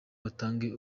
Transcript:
batange